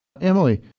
Emily